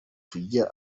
tujya